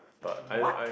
what